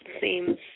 Seems